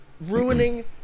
ruining